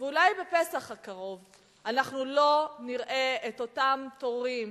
ואולי בפסח הקרוב אנחנו לא נראה את אותם תורים